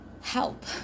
help